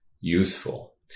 useful